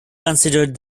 considered